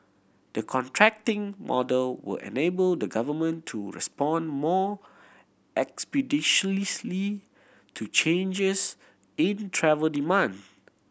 the contracting model will enable the Government to respond more to changes in travel demand